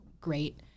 great